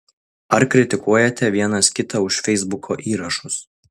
ar kritikuojate vienas kitą už feisbuko įrašus